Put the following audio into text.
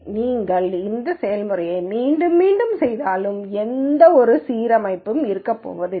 நீங்கள் இந்த செயல்முறையை மீண்டும் மீண்டும் செய்தாலும் எந்தவொரு மறுசீரமைப்பும் இருக்கப்போவதில்லை